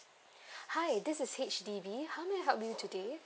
hi this is H_D_B how may I help you today